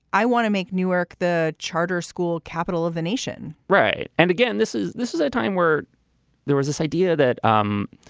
i want to make newark the charter school capital of the nation right. and again, this is this is a time where there was this idea that um